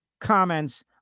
comments